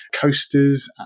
coasters